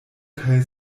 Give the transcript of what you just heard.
kaj